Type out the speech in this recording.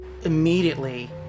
immediately